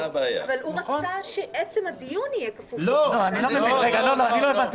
אבל הוא רצה שעצם הדיון יהיה כפוף --- אני לא הבנתי,